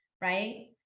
Right